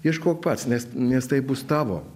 ieškok pats nes nes tai bus tavo